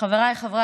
שאני מבטיחה